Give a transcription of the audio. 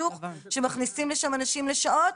שמכניסים לשם אנשים לשעות?